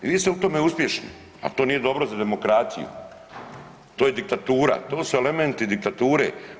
Vi ste u tome uspješni, ali to nije dobro za demokraciju, to je diktatura, to su elementi diktature.